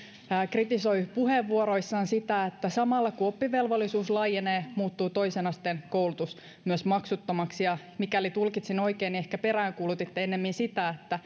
kritisoi puheenvuorossaan sitä että samalla kun oppivelvollisuus laajenee muuttuu toisen asteen koulutus myös maksuttomaksi ja mikäli tulkitsin oikein ehkä peräänkuulutitte ennemmin sitä että